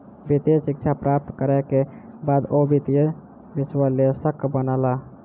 वित्तीय शिक्षा प्राप्त करै के बाद ओ वित्तीय विश्लेषक बनला